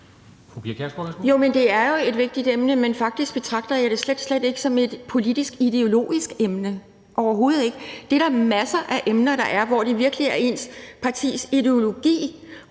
(DF): Det er jo et vigtigt emne, men faktisk betragter jeg det slet, slet ikke som et politisk-ideologisk emne – overhovedet ikke. Det er der masser af emner der er, hvor det virkelig er ens partis ideologi,